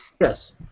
Yes